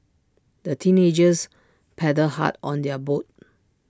the teenagers paddled hard on their boat